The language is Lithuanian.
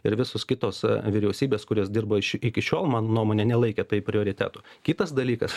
ir visos kitos vyriausybės kurios dirbo ši iki šiol mano nuomone nelaikė tai prioritetu kitas dalykas